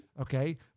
Okay